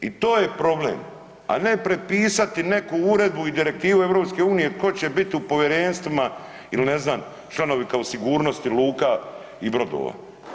I to je problem, a ne prepisati neku uredbu i direktivu EU tko će bit u povjerenstvima ili ne znam članovi kao sigurnosti luka i brodova.